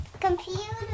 computer